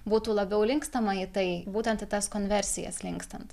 būtų labiau linkstama į tai būtent į tas konversijas linkstant